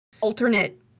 alternate